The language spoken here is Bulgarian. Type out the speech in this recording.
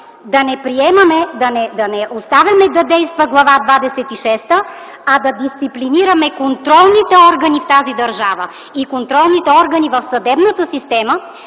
да ви помоля да не оставяме да действа Глава двадесет и шеста, а да дисциплинираме контролните органи в тази държава и контролните органи в съдебната система